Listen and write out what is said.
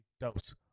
Dose